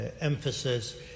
emphasis